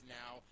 now